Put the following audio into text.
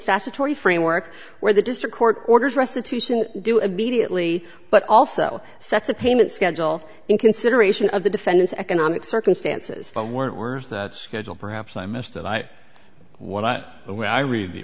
statutory framework where the district court orders restitution do immediately but also sets a payment schedule in consideration of the defendant's economic circumstances weren't worth that schedule perhaps i missed it i what i when i read the